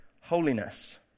holiness